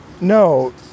no